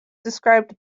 described